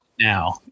now